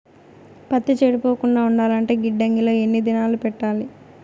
పత్తి చెడిపోకుండా ఉండాలంటే గిడ్డంగి లో ఎన్ని దినాలు పెట్టాలి?